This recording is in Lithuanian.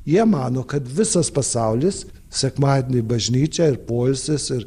jie mano kad visas pasaulis sekmadienį bažnyčia ir poilsis ir